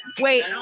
wait